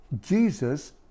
Jesus